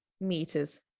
meters